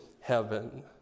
heaven